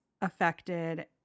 affected